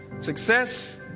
Success